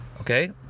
okay